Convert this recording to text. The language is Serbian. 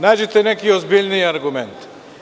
Nađite neki ozbiljniji argument.